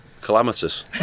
Calamitous